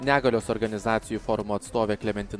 negalios organizacijų forumo atstovė klementina